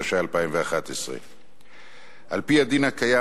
התשע"א 2011. על-פי הדין הקיים,